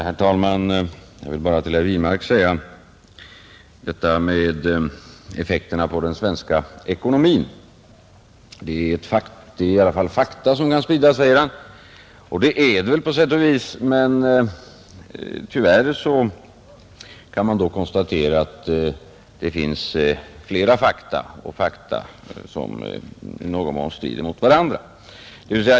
Herr talman! Herr Wirmark sade att det är fakta som skall spridas om effekterna på den svenska ekonomin. Det är rätt på sätt och vis. Men tyvärr kan man konstatera att det finns flera fakta — och fakta som i någon mån strider mot varandra.